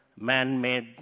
man-made